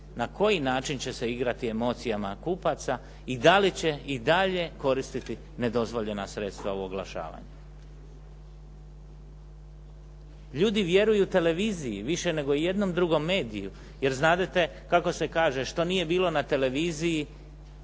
na koji način će se igrati emocijama kupaca i da li će i dalje koristiti nedozvoljena sredstva u oglašavanju. Ljudi vjeruju televiziji više nego ijednom drugom mediju, jer znadete kako se kaže, što nije bilo na televiziji,